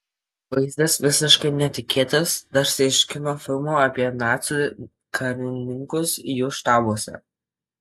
vaizdas visiškai netikėtas tarsi iš kino filmų apie nacių karininkus jų štabuose